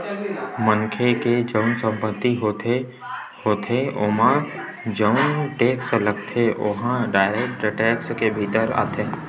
मनखे के जउन संपत्ति होथे होथे ओमा जउन टेक्स लगथे ओहा डायरेक्ट टेक्स के भीतर आथे